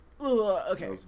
okay